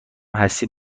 هستی